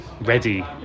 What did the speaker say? ready